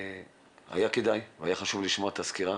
היה כדאי והיה חשוב לשמוע את הסקירה.